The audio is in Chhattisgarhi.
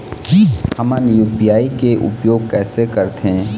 हमन यू.पी.आई के उपयोग कैसे करथें?